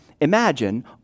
imagine